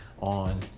on